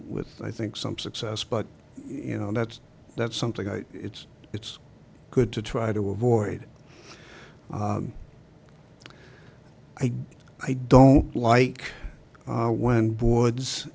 with i think some success but you know that's that's something it's it's good to try to avoid i don't i don't like when boards